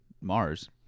mars